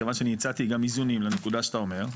כיוון שאני גם הצעתי איזונים לנקודה שאתה אומר.